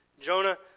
Jonah